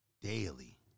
daily